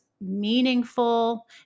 meaningful